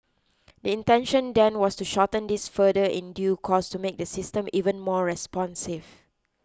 the intention then was to shorten this further in due course to make the system even more responsive